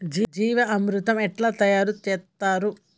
జీవామృతం ఎట్లా తయారు చేత్తరు?